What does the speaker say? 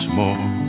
more